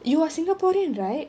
you are singaporean right